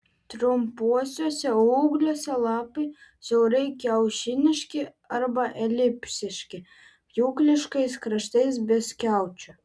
trumpuosiuose ūgliuose lapai siaurai kiaušiniški arba elipsiški pjūkliškais kraštais be skiaučių